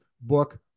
book